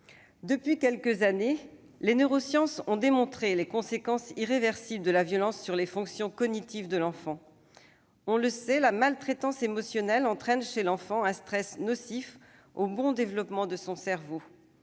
Depuis quelques années, les neurosciences ont démontré les conséquences irréversibles de la violence sur les fonctions cognitives de l'enfant. On le sait, la maltraitance émotionnelle entraîne chez l'enfant un stress nocif pour le bon développement de son cerveau.